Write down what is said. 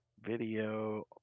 video